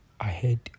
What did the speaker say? Ahead